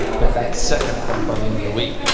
but that second front by the end of the week,